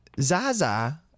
Zaza